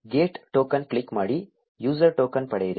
get token click ಮಾಡಿ user token ಪಡೆಯಿರಿ